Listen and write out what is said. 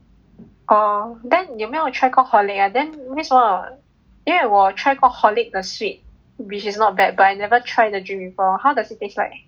oh then 你有没有 try 过 Horlick ah then 为什么因为我 try 过 Horlick 很 sweet which is not bad but I never try the drink before how does it taste like